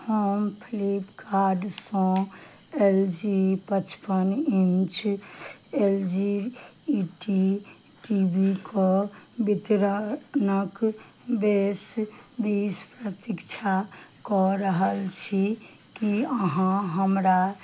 हम फ्लिपकार्डसँ L G पचपन inch L G T T V कऽ वितरणक बेस बीस प्रतीक्षा कऽ रहल छी की अहाँ हमरा